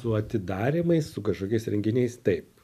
su atidarymais su kažkokiais renginiais taip